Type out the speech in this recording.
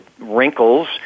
wrinkles